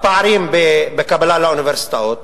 ההתמקדות בנקודות הליבה שהן המקצועות